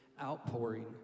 outpouring